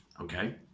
Okay